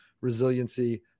resiliency